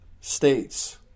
States